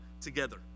together